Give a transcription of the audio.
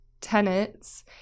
tenets